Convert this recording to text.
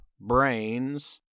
brains